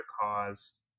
cause